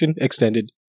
extended